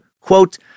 quote